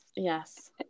Yes